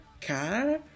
car